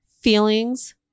feelings